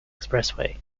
expressway